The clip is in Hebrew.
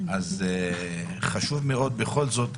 אז חשוב מאוד בכל זאת,